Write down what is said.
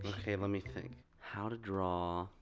okay, let me think. how to draw.